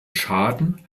schaden